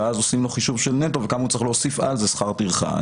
ואז עושים לו חישוב של נטו וכמה הוא צריך להוסיף על זה שכר טרחה.